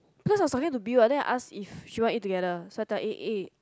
because I was talking to B right then I ask if she want to eat together so I tell A eh